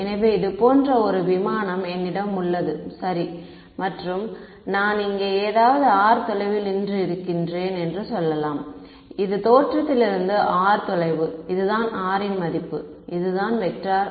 எனவே இது போன்ற ஒரு விமானம் என்னிடம் உள்ளது சரி மற்றும் நான் இங்கே எங்காவது r தொலைவில் நின்று இருக்கின்றேன் என்று சொல்லலாம் இது தோற்றத்திலிருந்து இருந்து r தொலைவு இது தான் r ன் மதிப்பு இது தான் வெக்டர்